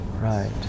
right